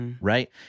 Right